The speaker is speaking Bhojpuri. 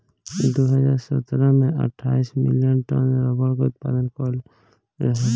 दू हज़ार सतरह में अठाईस मिलियन टन रबड़ के उत्पादन कईल गईल रहे